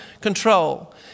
control